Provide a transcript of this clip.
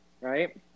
right